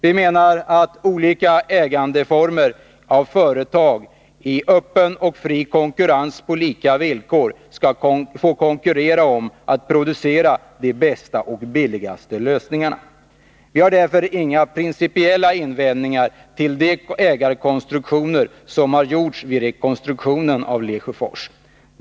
Vi menar att olika ägandeformer av företag i öppen och fri konkurrens på lika villkor skall få konkurrera om att producera de bästa och billigaste varorna. Vi har därför inga principiella invändningar mot de ägarkonstruktioner som har gjorts vid rekonstruktionen av Lesjöfors.